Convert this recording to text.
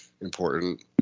important